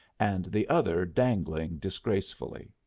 and the other dangling disgracefully.